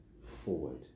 forward